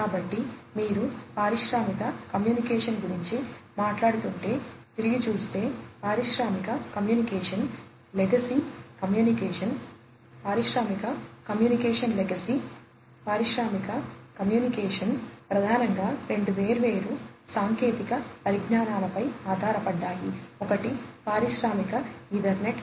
కాబట్టి మీరు పారిశ్రామిక కమ్యూనికేషన్ గురించి మాట్లాడుతుంటే తిరిగి చూస్తే పారిశ్రామిక కమ్యూనికేషన్ లెగసీ communication legacy పారిశ్రామిక కమ్యూనికేషన్ ప్రధానంగా రెండు వేర్వేరు సాంకేతిక పరిజ్ఞానాలపై ఆధారపడ్డాయి ఒకటి పారిశ్రామిక ఈథర్నెట్